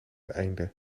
einde